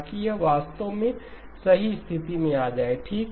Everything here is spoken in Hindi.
ताकि यह वास्तव में सही स्थिति में आ जाए ठीक